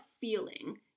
feeling